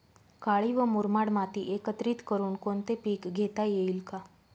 काळी व मुरमाड माती एकत्रित करुन कोणते पीक घेता येईल का?